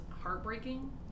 heartbreaking